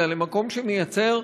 אלא למקום שמייצר,